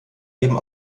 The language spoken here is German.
geben